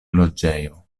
loĝejo